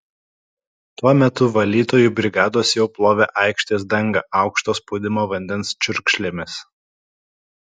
tuo metu valytojų brigados jau plovė aikštės dangą aukšto spaudimo vandens čiurkšlėmis